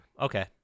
Okay